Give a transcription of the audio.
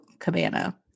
cabana